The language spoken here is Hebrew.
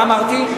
מה אמרתי?